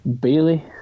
Bailey